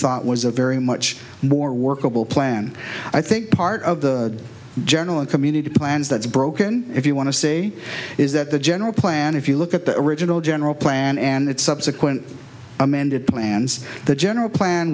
thought was a very much more workable plan i think part of the general and community plans that's broken if you want to say is that the general plan if you look at the original general plan and its subsequent amended plans the general plan